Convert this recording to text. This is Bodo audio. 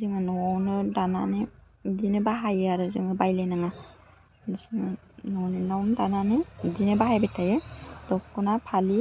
जोङो न'आवनो दानानै बिदिनो बाहायो आरो जों बायलायनाङा बिदिनो न'आवनो दानानै बिदिनो बाहायबाय थायो दख'ना फालि